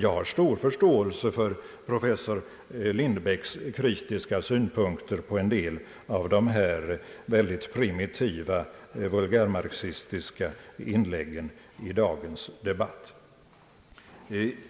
Jag har stor förståelse för professor Lindbecks kritiska synpunkter på en del av de här mycket primitiva vulgärmarxistiska inläggen i dagens debatt.